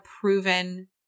proven